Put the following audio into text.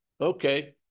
Okay